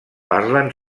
parlen